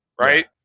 right